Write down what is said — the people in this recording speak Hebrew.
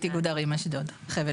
עדיין יידרשו גם ברישיון עסק אבל יהיה להם